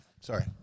Sorry